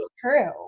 true